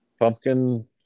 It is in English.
pumpkin